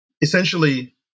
essentially